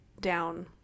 down